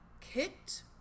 kicked